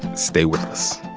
stay with us